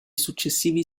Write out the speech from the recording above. successivi